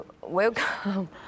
welcome